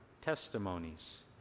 testimonies